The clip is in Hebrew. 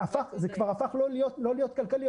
זה כבר הפך לא להיות כלכלי.